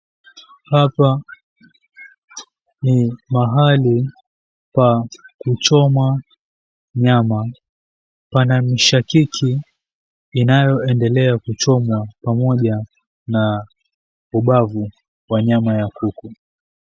Hapa ni mahali pakuchoma nyama, pana mishakiki inayoendelea kuchomwa pamoja na ubavu wa nyama ya kuku.